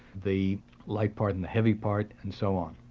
the light part and the heavy part and so on.